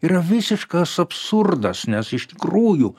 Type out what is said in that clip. yra visiškas absurdas nes iš tikrųjų